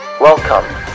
Welcome